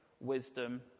wisdom